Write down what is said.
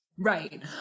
Right